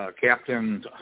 Captain